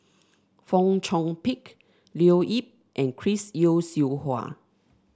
Fong Chong Pik Leo Yip and Chris Yeo Siew Hua